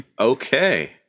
Okay